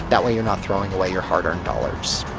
that way, you're not throwing away your hard-earned dollars.